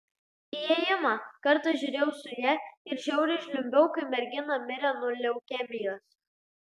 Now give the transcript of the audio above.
įėjimą kartą žiūrėjau su ja ir žiauriai žliumbiau kai mergina mirė nuo leukemijos